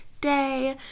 day